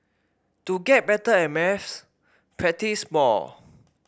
to get better at maths practise more